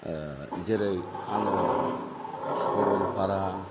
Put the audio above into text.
जेरै आङो सरलपारा